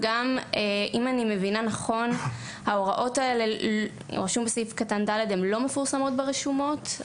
למה ההוראות האלו לא מפורסמות ברשומות?